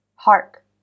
Hark